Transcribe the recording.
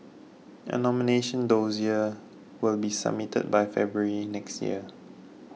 a nomination dossier will be submitted by February next year